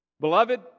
Beloved